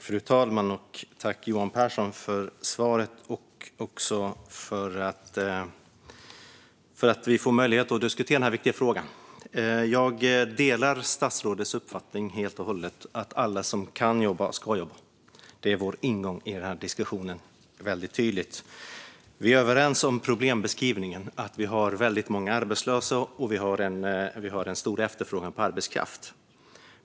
Fru talman! Tack, Johan Pehrson, för svaret och för att vi får möjlighet att diskutera denna viktiga fråga! Jag delar statsrådets uppfattning helt och hållet: Alla som kan jobba ska jobba. Det är vår tydliga ingång i diskussionen. Vi är överens om problembeskrivningen - att vi har väldigt många arbetslösa och stor efterfrågan på arbetskraft.